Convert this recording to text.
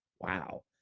Wow